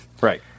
right